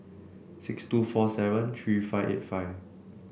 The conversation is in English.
six two four seven three five eight five